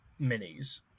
minis